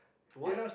what